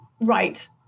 right